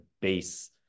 base